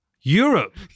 Europe